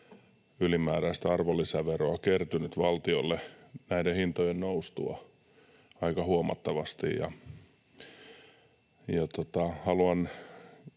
ylimääräistä arvonlisäveroa kertynyt valtiolle näiden hintojen noustua aika huomattavasti. Haluan